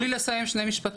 תנו לי לסיים שני משפטים.